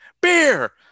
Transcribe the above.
beer